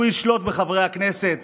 הוא ישלוט בחברי הכנסת